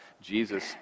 Jesus